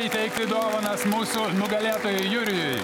įteikti dovanas mūsų nugalėtojui jurijui